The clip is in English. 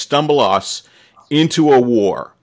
stumble us into a war